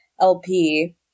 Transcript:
LP